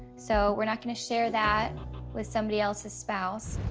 so we're not gonna share that with somebody else's spouse.